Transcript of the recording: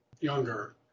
younger